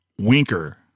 Winker